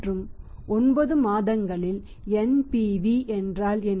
மற்றும் 9 மாதங்களில் NPV என்றால் என்ன